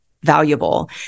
valuable